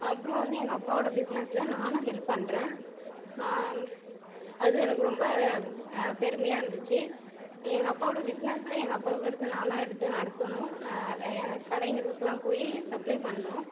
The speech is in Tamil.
அப்புறம் வந்து எங்கள் அப்பாவோடய பிஸ்னஸில் நானும் ஹெல்ப் பண்ணுறேன் அது எனக்கு ரொம்ப பெருமையாக இருந்துச்சு எங்கள் அப்பாவோடய பிஸ்னஸை எங்கள் அப்பாவுக்கு அடுத்து நான் தான் எடுத்து நடத்தணும் நான் ஏன் கடைங்களுக்கெல்லாம் போய் சப்ளை பண்ணணும்